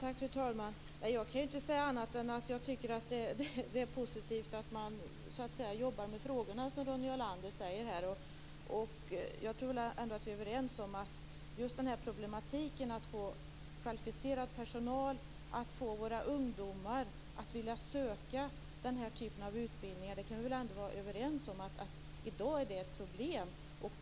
Fru talman! Jag kan inte säga annat än att jag tycker att det är positivt att man jobbar med frågorna, som Ronny Olander säger. Jag tror ändå att vi är överens om problematiken när det gäller att få kvalificerad personal och att få våra ungdomar att vilja söka denna typ av utbildningar. Vi kan väl ändå vara överens om att det är ett problem i dag?